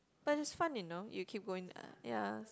but is fun you know you keep going uh ya